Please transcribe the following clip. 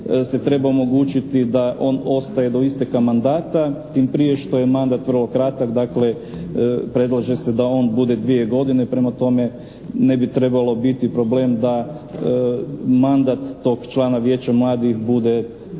se treba omogućiti da on ostaje do isteka mandata tim prije što je mandat vrlo kratak, predlaže se da on bude 2 godine. Prema tome ne bi trebalo biti problem da mandat tog člana vijeća mladih bude do ne